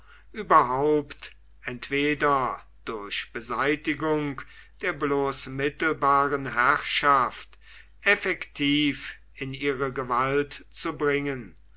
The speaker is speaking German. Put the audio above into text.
überhaupt entweder durch beseitigung der bloß mittelbaren herrschaft effektiv in ihre gewalt zu bringen